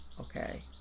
Okay